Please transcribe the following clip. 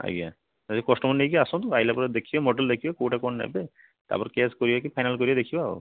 ଆଜ୍ଞା ଆଜି କଷ୍ଟମର୍ ନେଇକି ଆସନ୍ତୁ ଆଇଲା ପରେ ଦେଖିବେ ମଡ଼େଲ୍ ଦେଖିବେ କେଉଁଟା କ'ଣ ନେବେ ତାପରେ କ୍ୟାସ୍ କରିବେ କି ଫାଇନାଲ୍ କରିବେ ଦେଖିବା ଆଉ